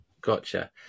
Gotcha